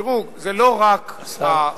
תראו, זה לא רק הרגישות,